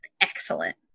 excellent